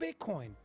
bitcoin